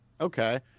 Okay